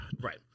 Right